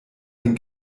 den